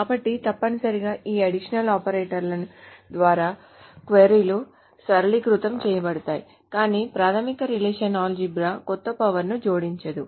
కాబట్టి తప్పనిసరిగా ఈ అడిషనల్ ఆపరేటర్లు ద్వారా క్వరీలు సరళీకృతం చేయబడతాయి కానీ ప్రాథమిక రిలేషనల్ ఆల్జీబ్రా కొత్త పవర్ ని జోడించదు